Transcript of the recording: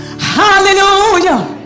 hallelujah